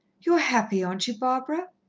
you're happy, aren't you, barbara?